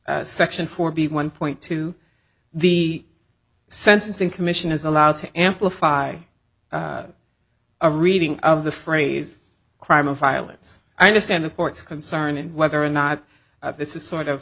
of section four b one point two the sentencing commission is allowed to amplify a reading of the phrase crime of violence i understand the court's concern and whether or not this is sort of